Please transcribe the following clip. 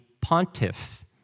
pontiff